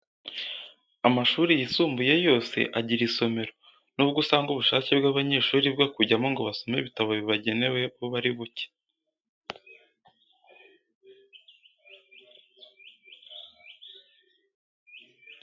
Amashuri yisumbuye yose agira isomero, nubwo usanga ubushake bw’abanyeshuri bwo kujyamo ngo basome ibitabo bibagenewe buba ari buke.